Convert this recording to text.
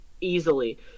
easily